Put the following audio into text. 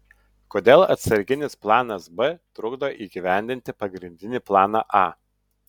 kodėl atsarginis planas b trukdo įgyvendinti pagrindinį planą a